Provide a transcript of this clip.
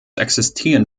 existieren